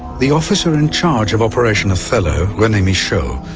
the officer in charge of operation othello, rene michaud,